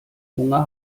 hunger